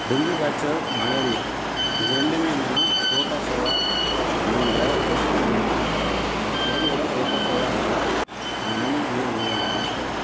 dengue காய்ச்சல் malaria இது ரெண்டுமே என்னான்னா புரோட்டோசோவா அப்படின்ற கொசு மூலியமாக தான் பரவுது கொசுவோட புரோட்டோசோவான்ற அந்த நுண்ணுயிர் மூலியமாக தான் பரவுது